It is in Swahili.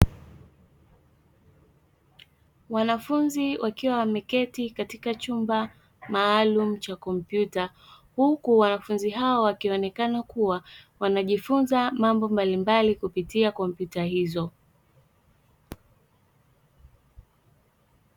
Wanafunzi wakiwa wameketi katika chumba maalumu cha kompyuta, huku wanafunzi hao wakionekana kuwa wanajifunza mambo mbalimbali kupitia kompyuta hizo.